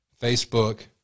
Facebook